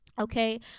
Okay